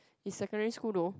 in secondary school though